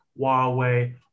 huawei